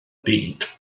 byd